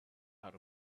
out